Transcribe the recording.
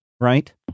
Right